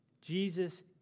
Jesus